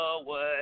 away